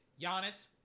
Giannis